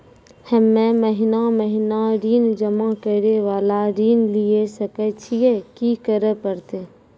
हम्मे महीना महीना ऋण जमा करे वाला ऋण लिये सकय छियै, की करे परतै?